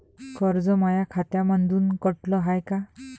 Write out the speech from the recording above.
कर्ज माया खात्यामंधून कटलं हाय का?